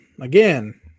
Again